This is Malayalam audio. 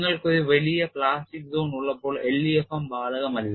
നിങ്ങൾക്ക് ഒരു വലിയ പ്ലാസ്റ്റിക് സോൺ ഉള്ളപ്പോൾ LEFM ബാധകമല്ല